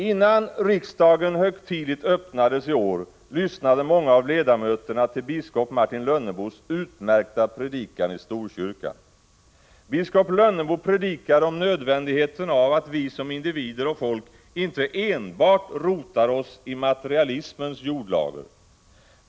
Innan riksdagen högtidligt öppnades i år lyssnade många av ledamöterna till biskop Martin Lönnebos utmärkta predikan i Storkyrkan. Biskop Lönnebo predikade om nödvändigheten av att vi som individer och folk inte enbart rotar oss i materialismens jordlager.